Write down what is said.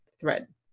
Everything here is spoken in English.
thread